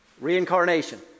Reincarnation